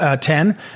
Ten